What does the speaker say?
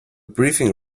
briefing